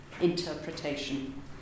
interpretation